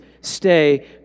stay